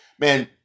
man